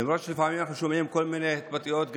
למרות שלפעמים אנחנו שומעים כל מיני התבטאויות גזעניות,